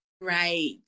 Right